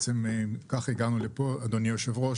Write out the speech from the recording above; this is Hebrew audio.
וכך הגענו לפה, אדוני היושב-ראש,